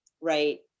right